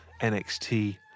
NXT